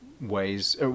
ways